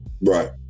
right